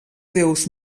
déus